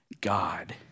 God